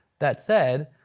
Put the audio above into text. that said,